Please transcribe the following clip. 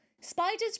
spiders